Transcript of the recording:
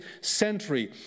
century